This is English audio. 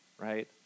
right